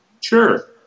sure